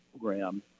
program